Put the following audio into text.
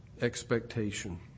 expectation